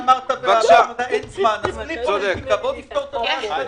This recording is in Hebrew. אמרת שאין זמן, אז תבוא לפתור את הבעיה.